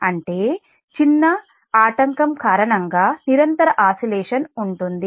అంటే చిన్న ఆటంకం కారణంగా నిరంతర ఆసిలేషన్ ప్రకంపనాలు ఉంటుంది